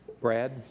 Brad